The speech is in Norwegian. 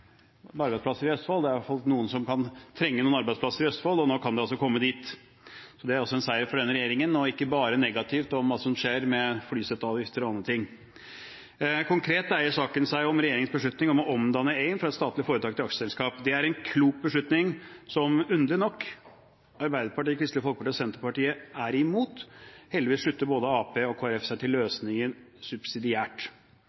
arbeidsplasser i Østfold, det er i alle fall noen som kan trenge noen arbeidsplasser i Østfold, og nå kan de altså komme dit. Det er altså en seier for denne regjeringen, og ikke bare negativt om hva som skjer med flyseteavgifter og andre ting. Konkret dreier saken seg om regjeringens beslutning om å omdanne AIM fra statlig foretak til aksjeselskap. Det er en klok beslutning som underlig nok Arbeiderpartiet, Kristelig Folkeparti og Senterpartiet er imot. Heldigvis slutter både Arbeiderpartiet og Kristelig Folkeparti seg til